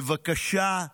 בבקשה,